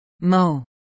mo